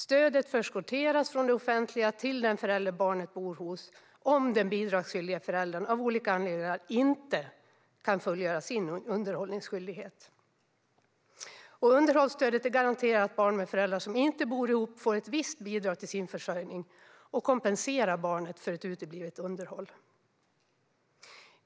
Stödet förskotteras från det offentliga till den förälder som barnet bor hos om den bidragsskyldige föräldern av olika anledningar inte kan fullgöra sin underhållsskyldighet. Underhållsstödet garanterar att barn med föräldrar som inte bor ihop får ett visst bidrag till sin försörjning och kompenserar barnet för ett uteblivet underhåll.